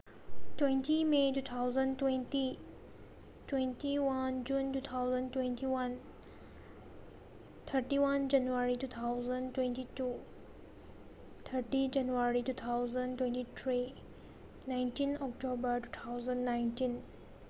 twenty may two thousand twenty twenty one June two thousand twenty one thirty one January two thousand twenty two thirty January two thousand twenty three nineteen October two thousand nineteen